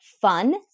fun